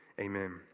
Amen